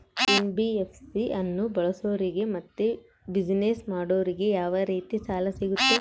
NBFC ಅನ್ನು ಬಳಸೋರಿಗೆ ಮತ್ತೆ ಬಿಸಿನೆಸ್ ಮಾಡೋರಿಗೆ ಯಾವ ರೇತಿ ಸಾಲ ಸಿಗುತ್ತೆ?